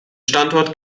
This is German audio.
standort